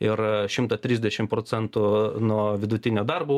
ir šimtą trisdešim procentų nuo vidutinio darbo